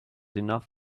enough